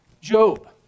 Job